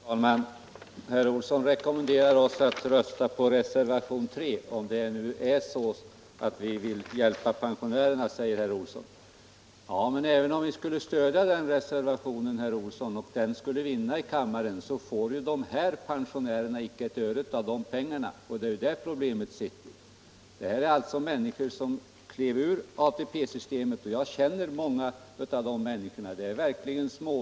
Herr talman! Herr Olsson i Stockholm rekommenderar oss att rösta på reservationen 3, om det är så att vi vill hjälpa pensionärerna. Även om vi skulle stödja den reservationen och den skulle vinna i kammaren får ju de här pensionärerna icke ett öre av de pengarna. Det är där problemoet ligger. Det gäller människor som gick ur ATP-systemet. Jag känner många av de människorna — det är verkligen småfolk.